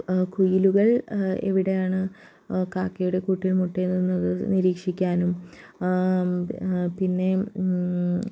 കുയിലുകൾ എവിടെയാണ് കാക്കയുടെ കൂട്ടിൽ മുട്ടയിടുന്നത് നിരീക്ഷിക്കാനും പിന്നെ